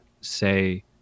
say